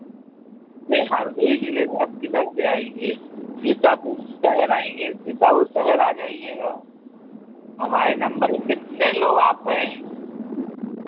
नहीं हरदोई जिले से आप किधर से आएँगे सीतापुर शहर आएँगे सीतापुर शहर आ जाइएगा हमारे नम्बर कितने लोग आप हैं